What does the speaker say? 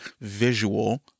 visual